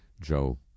Joe